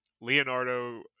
Leonardo